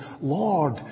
Lord